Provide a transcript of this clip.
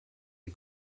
you